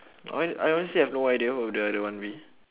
I I honestly have no idea what will the other one be